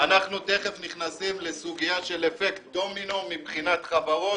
אנחנו תכף נכנסים לסוגיה של אפקט דומינו מבחינת חברות